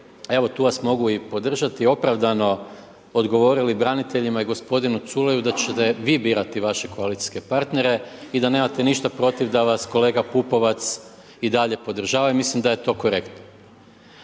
evo tu vas mogu i podržati opravdano odgovorili braniteljima i gospodinu Culeju da ćete vi birati vaše koalicijske partnere i da nemate ništa protiv da vas kolega Pupovac i dalje podržava i mislim da je to korektno.